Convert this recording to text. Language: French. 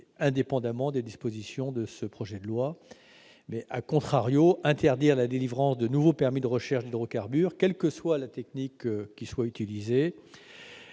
indépendamment des dispositions de ce projet de loi., interdire la délivrance de nouveaux permis de recherches d'hydrocarbures, quelle que soit la technique utilisée